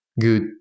good